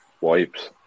wipes